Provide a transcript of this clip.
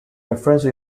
referenced